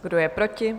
Kdo je proti?